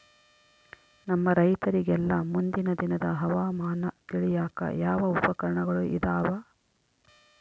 ನಮ್ಮ ರೈತರಿಗೆಲ್ಲಾ ಮುಂದಿನ ದಿನದ ಹವಾಮಾನ ತಿಳಿಯಾಕ ಯಾವ ಉಪಕರಣಗಳು ಇದಾವ?